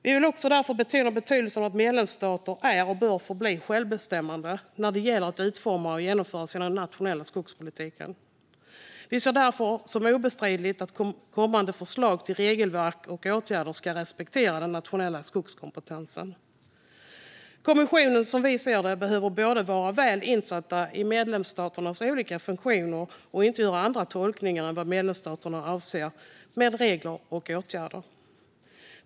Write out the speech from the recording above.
Vi vill därför betona betydelsen av att medlemsstater är och bör förbli självbestämmande när det gäller att utforma och genomföra sin nationella skogspolitik. Vi ser det därför som obestridligt att kommande förslag till regelverk och åtgärder ska respektera den nationella skogskompetensen. Kommissionen behöver som vi ser det både vara väl insatt i medlemsstaternas olika funktioner och inte göra andra tolkningar än vad medlemsstaterna avser med regler och åtgärder.